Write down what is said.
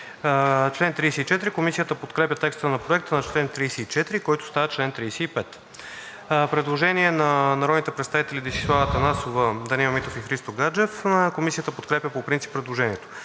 чл. 34. Комисията подкрепя текста на Проекта на чл. 34, който става чл. 35. Предложение на народните представители Десислава Атанасова, Даниел Митов и Христо Гаджев. Комисията подкрепя по принцип предложението.